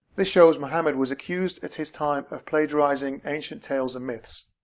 this shows muhammad was accused at his time of plagiarizing ancient tales and myths.